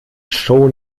schon